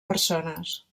persones